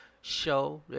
Show